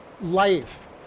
life